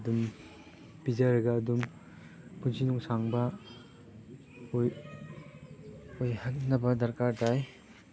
ꯑꯗꯨꯝ ꯄꯤꯖꯔꯒ ꯑꯗꯨꯝ ꯄꯨꯟꯁꯤ ꯅꯨꯡꯁꯥꯡꯕ ꯑꯣꯏꯍꯟꯅꯕ ꯗꯔꯀꯥꯔ ꯇꯥꯏ